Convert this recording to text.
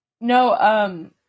No